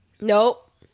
Nope